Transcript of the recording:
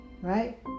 right